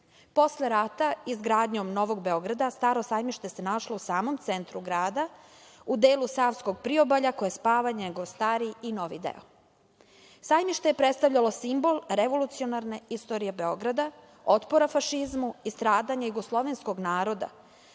Posle rata izgradnjom Novog Beograda „Staro sajmište“ se našlo u samom centru grada u delu savskog priobalja koje spaja njegov stari i novi deo.„Sajmište“ je predstavljalo simbol revolucionarne istorije Beograda, otpora fašizmu i stradanja jugoslovenskog naroda,